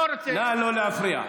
לא רוצה, נא לא להפריע.